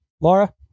Laura